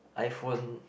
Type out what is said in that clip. iPhone